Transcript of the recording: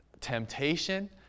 temptation